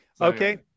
Okay